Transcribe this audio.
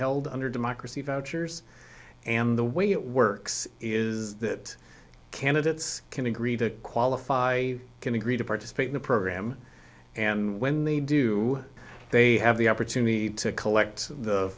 held under democracy vouchers and the way it works is that candidates can agree to qualify can agree to participate in the program and when they do they have the opportunity to collect